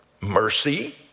mercy